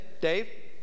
Dave